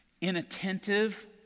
inattentive